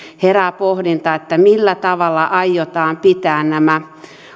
herää pohdinta millä tavalla aiotaan pitää nämä